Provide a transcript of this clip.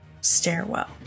stairwell